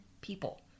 people